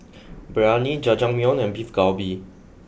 Biryani Jajangmyeon and Beef Galbi